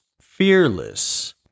fearless